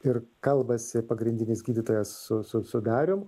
ir kalbasi pagrindinis gydytojas su su su darium